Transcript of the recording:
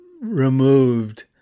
removed